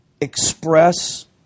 express